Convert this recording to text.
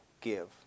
give